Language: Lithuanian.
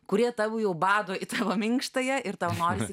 kurie tavo jau bado į minkštąją ir tau norisi